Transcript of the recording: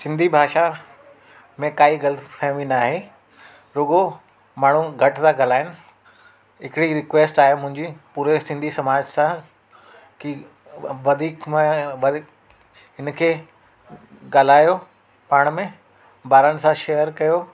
सिंधी भाषा में काई ग़लति फ़हमी न आहे रुगो माण्हू घटि था ॻाल्हायनण हिकिड़ी रिक्वैस्ट आहे मुंहिंजी पूरे सिंधी समाज सां की वधीक में वधीक हिनखे ॻाल्हायो पाण में ॿारनि सां शेयर कयो